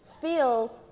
feel